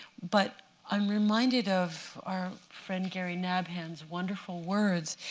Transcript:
but i'm reminded of our friend gary nabhan's wonderful words,